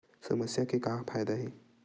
समस्या के का फ़ायदा हे?